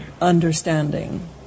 understanding